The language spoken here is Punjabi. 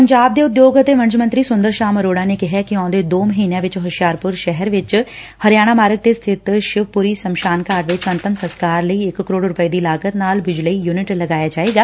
ਪੰਜਾਬ ਦੇ ਉਦਯੋਗ ਅਤੇ ਵਣਜ ਮੰਤਰੀ ਸੁੰਦਰ ਸ਼ਾਮ ਅਰੋੜਾ ਨੇ ਕਿਹਾ ਕਿ ਆਉਂਦੇ ਦੋ ਮਹੀਨਿਆਂ ਵਿੱਚ ਹੁਸ਼ਿਆਰਪੁਰ ਸ਼ਹਿਰ ਵਿਚ ਹਰਿਆਣਾ ਮਾਰਗ ਤੇ ਸਬਿਤ ਸ਼ਿਵ ਪੁਰੀ ਸ਼ਮਸ਼ਾਨਘਾਟ ਵਿੱਚ ਅੰਤਮ ਸਸਕਾਰ ਲਈ ਇਕ ਕਰੋੜ ਰੁਪਏ ਦੀ ਲਾਗਤ ਨਾਲ ਬਿਜਲਈ ਯਨਿਟ ਲਗਾਇਆ ਜਾਏਗਾ